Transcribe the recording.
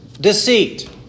deceit